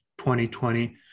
2020